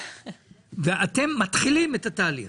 אתם מתחילים את התהליך